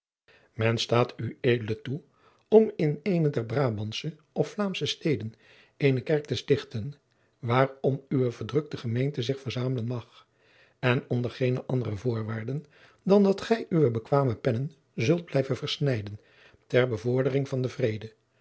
men staat ued toe om in eene der brabandsche of vlaamsche steden eene kerk te stichten waarom uwe verdrukte gemeente zich verzamelen mag en onder geene andere voorwaarden dan dat gij uwe bekwame pennen zult blijven versnijden ter bevordering van den vrede